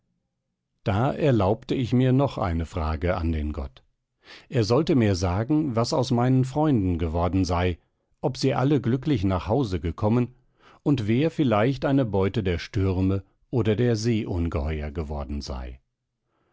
da erlaubte ich mir noch eine frage an den gott er sollte mir sagen was aus meinen freunden geworden sei ob sie alle glücklich nach hause gekommen und wer vielleicht eine beute der stürme oder der seeungeheuer geworden sei